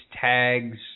tags